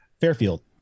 Fairfield